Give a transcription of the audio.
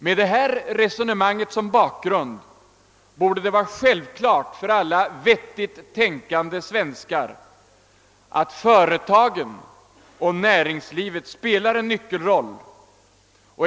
Med detta resonemang som bakgrund borde det vara självklart för alla vettigt tänkande svenskar att företagen och näringslivet spelar en nyckelroll.